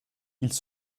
ils